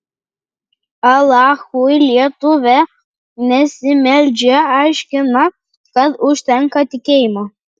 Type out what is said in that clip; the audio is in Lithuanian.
alachui lietuvė nesimeldžia aiškina kad užtenka tikėjimo